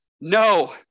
no